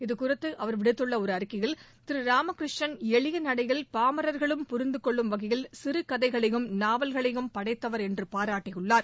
இதுகுறித்து அவர் விடுத்துள்ள ஒரு அறிக்கையில் திரு ராமகிருஷ்ணன் எளிய நடையில் பாமர்களும் புரிந்து கொள்ளும் வகையில் சிறு கதைகளையும் நாவல்களையும் படைத்தவர் என்று பாராட்டியுள்ளார்